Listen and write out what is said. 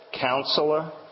Counselor